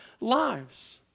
lives